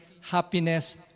Happiness